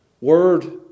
Word